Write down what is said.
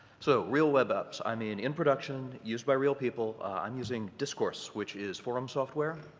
so real web apps, i mean in production, used by real people, i'm using discourse which is forum software,